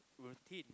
routine